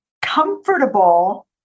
comfortable